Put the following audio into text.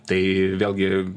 tai vėlgi